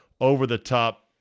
over-the-top